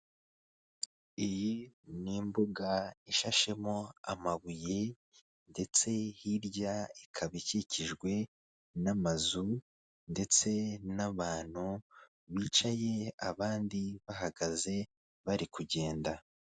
Iyi ni imbuga ishashemo amabuye, ndetse hirya ikaba ikikijwe n'amazu, ndetse n'abantu bicaye abandi bahagaze bari kugenda.